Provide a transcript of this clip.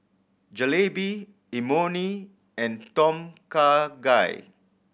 Jalebi Imoni and Tom Kha Gai